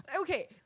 Okay